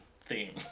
theme